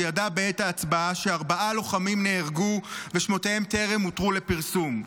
שידע בעת ההצבעה שארבעה לוחמים נהרגו ושמותיהם טרם הותרו לפרסום.